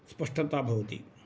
स्पष्टता भवति